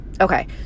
Okay